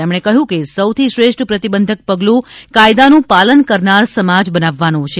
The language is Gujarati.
તેમણે કહયું કે સૌથી શ્રેષ્ઠ પ્રતિબંધક પગલુ કાયદાનું પાલન કરનાર સમાજ બનાવવાનો છે